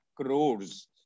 crores